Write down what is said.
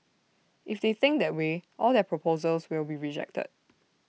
if they think that way all their proposals will be rejected